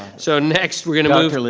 so next, we're gonna move.